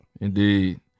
Indeed